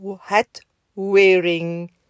hat-wearing